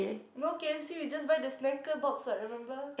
no K_F_C we just buy the snacker box what remember